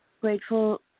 grateful